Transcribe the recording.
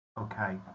Okay